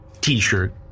T-shirt